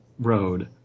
road